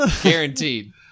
guaranteed